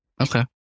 Okay